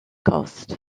coast